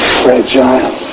fragile